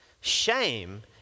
Shame